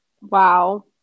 wow